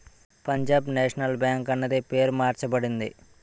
Punjab National Bank అన్నది పేరు మార్చబడింది